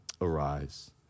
arise